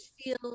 feel